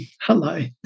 Hello